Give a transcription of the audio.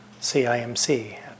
CIMC